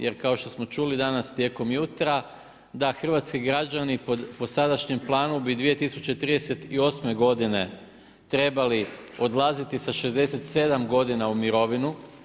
Jer kao što smo čuli danas tijekom jutra da hrvatski građani po sadašnjem planu bi 2038. godine trebali odlaziti sa 67 godina u mirovinu.